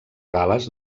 gal·les